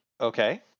Okay